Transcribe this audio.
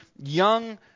young